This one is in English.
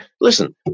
listen